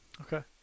Okay